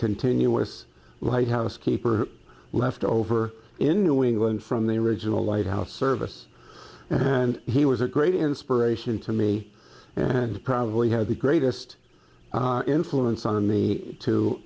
continuous lighthouse keeper left over in new england from the original lighthouse service and he was a great inspiration to me and probably had the greatest influence on me to